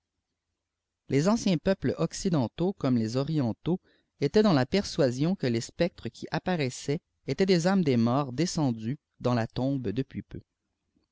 les anciens peuples occidentaux comme les orientata âtait dans la persuasion que les spectres qui apparaissaient étaient les âmes des morts descendus tous la tombe depuis peu